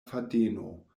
fadeno